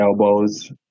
elbows